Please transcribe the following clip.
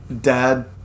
dad